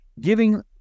giving